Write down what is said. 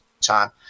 time